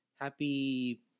Happy